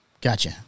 Gotcha